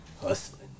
hustling